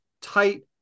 tight